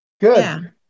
Good